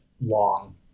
long